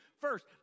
First